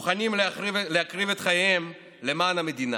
הצורך להגדיל שוב את הגירעון מוטל בספק,